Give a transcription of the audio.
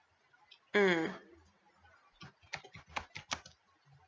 mm